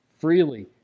freely